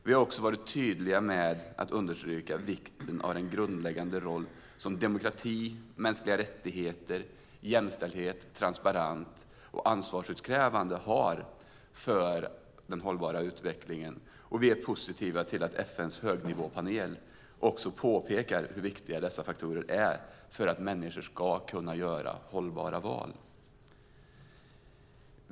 Vi har också varit tydliga med att understryka vikten av den grundläggande roll som demokrati, mänskliga rättigheter, jämställdhet, transparens och ansvarsutkrävande har för hållbar utveckling, och vi är positiva till att FN:s högnivåpanel påpekar hur viktiga dessa faktorer är för att människor ska kunna göra hållbara val.